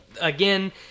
again